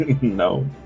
No